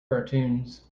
cartoons